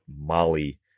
molly